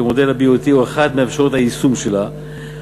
שמודל ה-BOT הוא אחד מאפשרויות היישום שלה,